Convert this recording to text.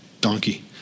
donkey